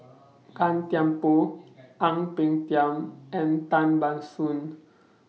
Gan Thiam Poh Ang Peng Tiam and Tan Ban Soon